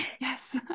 Yes